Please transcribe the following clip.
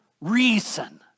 reason